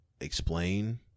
explain